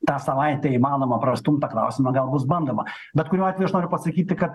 tą savaitę įmanoma prastumt tą klausimą gal bus bandoma bet kuriuo atveju aš noriu pasakyti kad